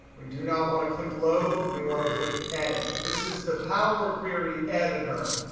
we do not want to click load. we want to click edit. this is the power query editor.